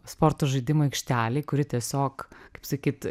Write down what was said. sporto žaidimų aikštelėj kuri tiesiog kaip sakyt